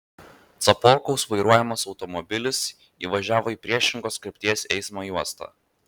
caporkaus vairuojamas automobilis įvažiavo į priešingos krypties eismo juostą